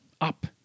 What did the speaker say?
up